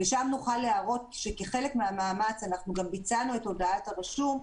ושם נוכל להראות שכחלק מהמאמץ גם ביצענו את הודעת הרשום,